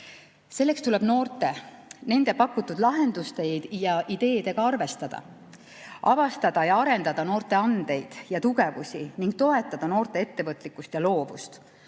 Selleks tuleb noorte, nende pakutud lahendusteede ja ideedega arvestada, avastada ja arendada noorte andeid ja tugevusi ning toetada noorte ettevõtlikkust ja loovust.